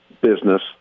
business